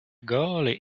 goalie